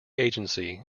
agency